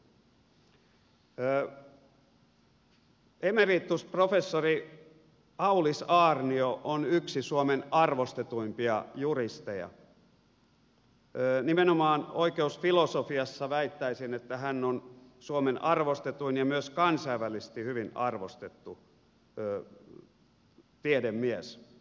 emeritusprofessori aulis aarnio on yksi suomen arvostetuimpia juristeja väittäisin että nimenomaan oikeusfilosofiassa hän on suomen arvostetuin ja myös kansainvälisesti hyvin arvostettu tiedemies